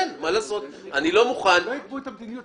הם לא יקבעו את המדיניות.